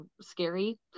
scary